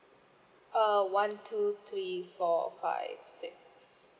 uh one two three four five six